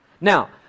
Now